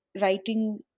writing